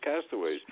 Castaways